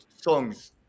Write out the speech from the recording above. songs